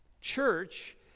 Church